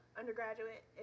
undergraduate